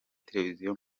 televisiyo